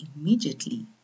immediately